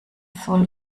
soll